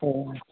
oh